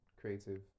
creative